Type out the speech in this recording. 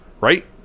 Right